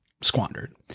squandered